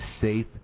safe